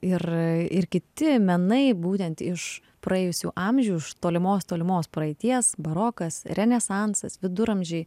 ir ir kiti menai būtent iš praėjusių amžių iš tolimos tolimos praeities barokas renesansas viduramžiai